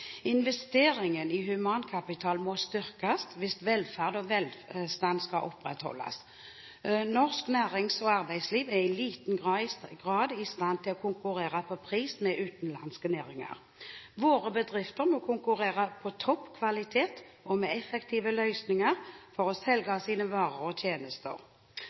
i humankapital må styrkes hvis velferd og velstand skal opprettholdes. Norsk nærings- og arbeidsliv er i liten grad i stand til å konkurrere på pris med utenlandske næringer. Våre bedrifter må konkurrere med topp kvalitet og effektive løsninger for å selge sine varer og tjenester.